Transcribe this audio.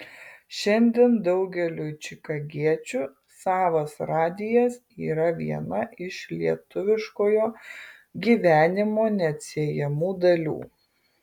šiandien daugeliui čikagiečių savas radijas yra viena iš lietuviškojo gyvenimo neatsiejamų dalių